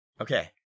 Okay